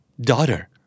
Daughter